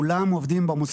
כולם עובדים במוסד.